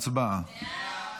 הצבעה.